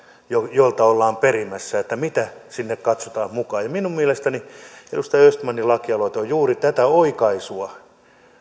jolta ollaan perimässä ja mitä sinne katsotaan mukaan ja minun mielestäni edustaja östmanin lakialoite on juuri tätä oikaisua